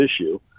issue